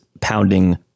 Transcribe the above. pounding